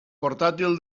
portàtil